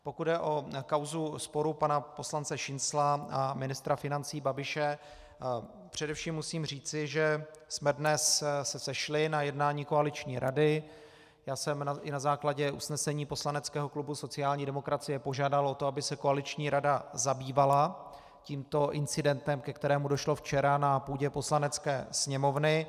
Pokud jde o kauzu sporu pana poslance Šincla a ministra financí Babiše, především musím říci, že jsme se dnes sešli na jednání koaliční rady, já jsem i na základě usnesení poslaneckého klubu sociální demokracie požádal o to, aby se koaliční rada zabývala tímto incidentem, ke kterému došlo včera na půdě Poslanecké sněmovny.